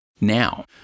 Now